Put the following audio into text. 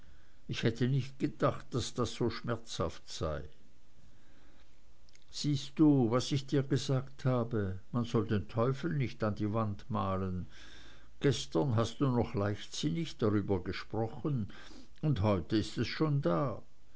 ich hätte nicht gedacht daß das so schmerzhaft sei siehst du was ich dir gesagt habe man soll den teufel nicht an die wand malen gestern hast du noch leichtsinnig darüber gesprochen und heute ist es schon da